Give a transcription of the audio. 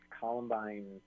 Columbine